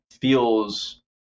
feels